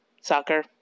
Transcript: soccer